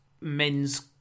men's